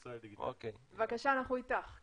בבקשה, אנחנו איתך.